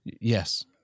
Yes